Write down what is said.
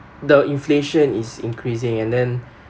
the inflation is increasing and then